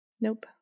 Nope